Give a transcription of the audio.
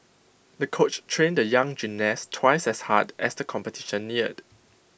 the coach trained the young gymnast twice as hard as the competition neared